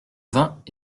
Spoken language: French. vingt